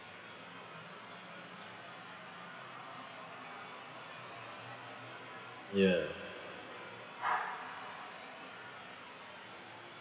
ya